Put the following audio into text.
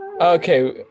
Okay